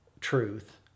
truth